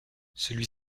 celui